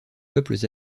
peuples